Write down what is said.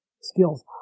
skills